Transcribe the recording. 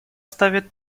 ставят